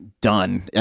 done